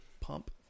pump